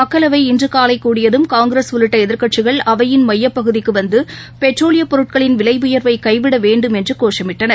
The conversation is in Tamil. மக்களவை இன்றுகாலைகூடியதும் காங்கிரஸ் உள்ளிட்டஎதிர்க்கட்சிகள் அவையின் மையப்பகுதிக்குவந்து பெட்ரோலியப் பொருட்களின் விலைஉயர்வைகைவிடவேண்டும் என்றுகோஷமிட்டனர்